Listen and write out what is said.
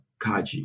Kaji